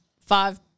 five